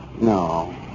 No